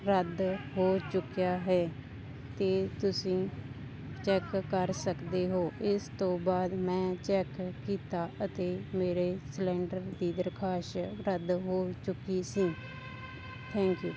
ਰੱਦ ਹੋ ਚੁੱਕਿਆ ਹੈ ਅਤੇ ਤੁਸੀਂ ਚੈੱਕ ਕਰ ਸਕਦੇ ਹੋ ਇਸ ਤੋਂ ਬਾਅਦ ਮੈਂ ਚੈੱਕ ਕੀਤਾ ਅਤੇ ਮੇਰੇ ਸਿਲਿੰਡਰ ਦੀ ਦਰਖਾਸ ਰੱਦ ਹੋ ਚੁੱਕੀ ਸੀ ਥੈਂਕ ਯੂ